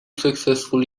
successful